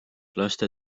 laste